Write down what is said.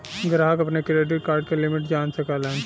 ग्राहक अपने credit card क लिमिट जान सकलन